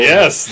Yes